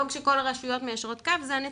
שכל הרשויות מיישרות קו זו הנציבות.